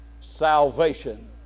salvation